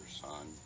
son